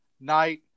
night